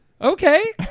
Okay